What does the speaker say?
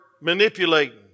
manipulating